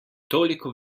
toliko